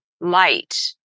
light